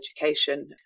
education